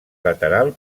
lateral